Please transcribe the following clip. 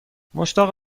مشتاق